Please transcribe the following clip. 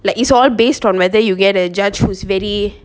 like it's all based on whether you get a judge who's very